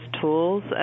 tools